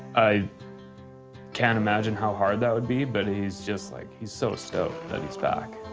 i can't imagine how hard that would be but he's just like, he's so stoked that he's back.